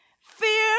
fear